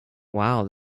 wow